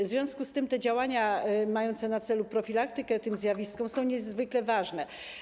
W związku z tym te działania mające na celu profilaktykę dotyczącą tych zjawisk są niezwykle ważne.